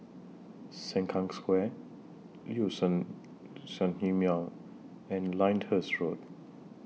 Sengkang Square Liuxun Sanhemiao and Lyndhurst Road